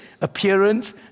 appearance